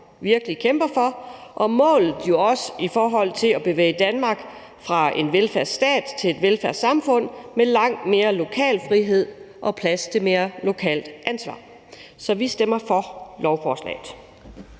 virkelig kæmper for – og det gælder jo også for målet i forhold til at bevæge Danmark fra en velfærdsstat til et velfærdssamfund med langt mere lokal frihed og plads til mere lokalt ansvar. Så vi stemmer for lovforslaget.